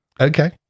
Okay